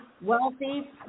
wealthy